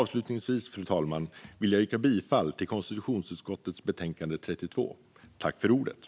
Avslutningsvis vill jag yrka bifall till konstitutionsutskottets förslag i utskottets betänkande 32.